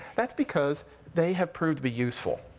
that's because they have proved to be useful,